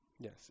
Yes